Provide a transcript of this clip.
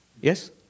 yes